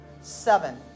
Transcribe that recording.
seven